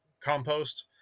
compost